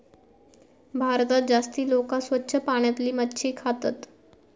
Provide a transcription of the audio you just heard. भारतात जास्ती लोका स्वच्छ पाण्यातली मच्छी खातत